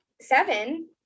seven